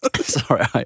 sorry